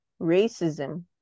racism